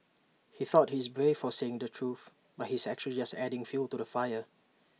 he thought he's brave for saying the truth but he's actually just adding fuel to the fire